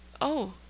Oh